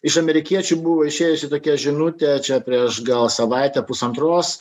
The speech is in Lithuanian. iš amerikiečių buvo išėjusi tokia žinutė čia prieš gal savaitę pusantros